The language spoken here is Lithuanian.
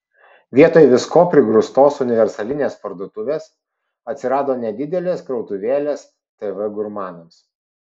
vietoj visko prigrūstos universalinės parduotuvės atsirado nedidelės krautuvėlės tv gurmanams